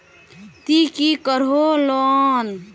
ती की करोहो लोन?